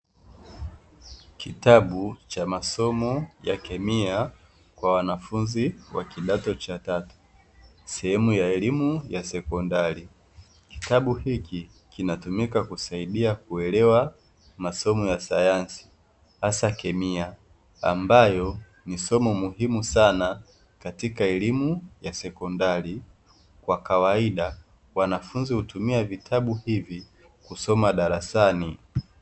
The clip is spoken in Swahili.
Kitabu cha masomo ya kemia kwa wanafunzi wa kidato cha tatu, sehemu ya elimu ya sekondari. Kitabu hiki kinatumika kusaidia kuelewa masomo ya sayansi hasa kemia ambayo ni somo muhimu sana katika elimu ya sekondari. Kwa kawaida wanafunzi hutumia vitabu hivi kusoma darasani.